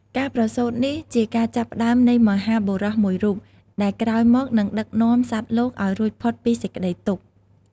ការប្រសូតនេះជាការចាប់ផ្តើមនៃមហាបុរសមួយរូប ដែលក្រោយមកនឹងដឹកនាំសត្វលោកឱ្យរួចផុតពីសេចក្ដីទុក្ខ។